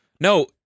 No